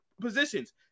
positions